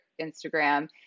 Instagram